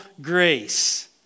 grace